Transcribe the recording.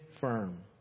firm